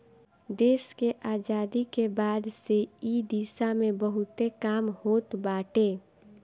देस के आजादी के बाद से इ दिशा में बहुते काम होत बाटे